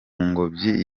ngobyi